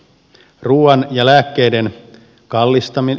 ruuan ja lääkkeiden kallis tamin